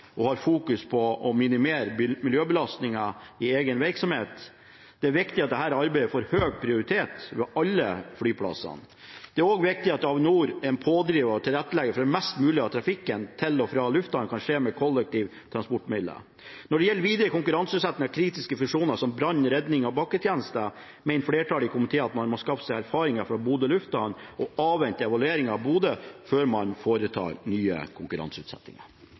og har fokus på å minimere miljøbelastningen i egen virksomhet. Det er viktig at dette arbeidet får høy prioritet ved alle flyplassene. Det er også viktig at Avinor er en pådriver for å tilrettelegge at mest mulig av trafikken til og fra lufthavnene kan skje med kollektive transportmidler. Når det gjelder videre konkurranseutsetting av kritiske funksjoner som brann-, rednings- og bakketjenester, mener flertallet i komiteen at en må skaffe seg erfaringer fra Bodø lufthavn og avvente evalueringen av Bodø før man foretar nye konkurranseutsettinger.